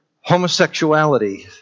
homosexuality